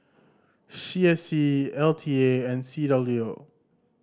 C S C L T A and C W O